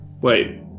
Wait